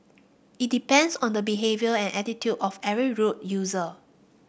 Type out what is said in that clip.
it depends on the behaviour and attitude of every road user